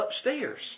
upstairs